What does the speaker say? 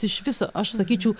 iš viso aš sakyčiau